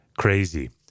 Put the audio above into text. crazy